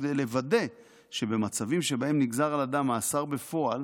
כדי לוודא שבמצבים שבהם נגזר על אדם מאסר בפועל